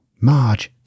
Marge